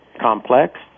complex